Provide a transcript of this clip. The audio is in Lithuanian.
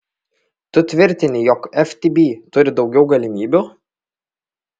tu tvirtini jog ftb turi daugiau galimybių